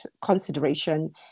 consideration